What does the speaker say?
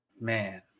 man